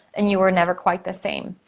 and you were never quite the same.